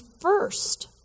first